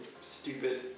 stupid